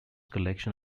collection